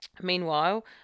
meanwhile